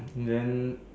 then